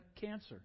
cancer